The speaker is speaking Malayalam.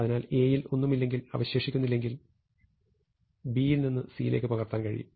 അതിനാൽ A യിൽ ഒന്നുമില്ലെങ്കിൽ അവശേഷിക്കുന്നില്ലെങ്കിൽ B യിൽ C യിലേക്ക് പകർത്താൻ കഴിയും